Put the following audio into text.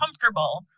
comfortable